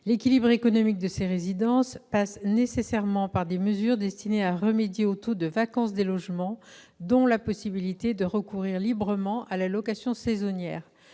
L'équilibre économique de ces résidences passe nécessairement par des mesures destinées à remédier au taux de vacance des logements, notamment la possibilité de recourir librement à la location saisonnière.